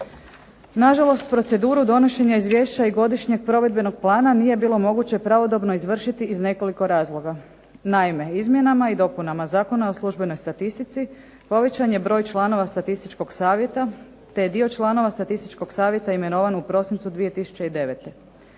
Na žalost proceduru donošenja izvješća i godišnjeg provedbenog plana nije bilo moguće pravodobno izvršiti iz nekoliko razloga. Naime izmjenama i dopunama Zakona o službenoj statistici povećan je broj članova Statističkog savjeta te je dio članova Statističkog savjeta imenovan u prosincu 2009.